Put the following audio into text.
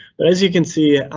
but as you can see,